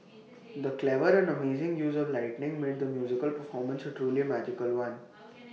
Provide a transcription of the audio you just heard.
the clever and amazing use of lighting made the musical performance A truly magical one